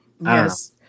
Yes